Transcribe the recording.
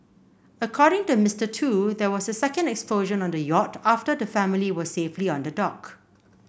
according to Mister Tu there was a second explosion on the yacht after the family were safely on the dock